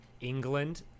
England